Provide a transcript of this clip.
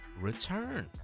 return